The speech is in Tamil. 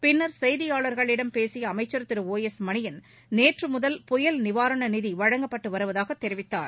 பின்னர் செய்தியாளர்களிடம் பேசிய அமைச்சர் திரு ஒ எஸ் மணியன் நேற்று முதல் புயல் நிவாரண நிதி வழங்கப்பட்டு வருவதாகத் தெரிவித்தார்